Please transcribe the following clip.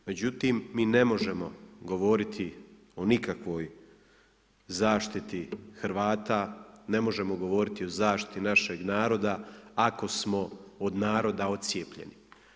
Međutim, mi ne možemo govoriti o nikakvoj zaštiti Hrvata, ne možemo govoriti o zaštiti našeg naroda, ako smo od naroda ocijepljeni.